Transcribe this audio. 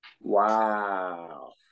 Wow